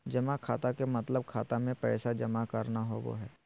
जमा खाता के मतलब खाता मे पैसा जमा करना होवो हय